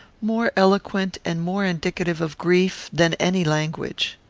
more eloquent and more indicative of grief than any language.